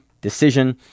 decision